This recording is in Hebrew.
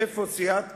איפה סיעת קדימה,